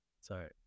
sorry